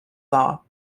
law